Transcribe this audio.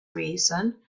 reason